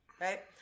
Right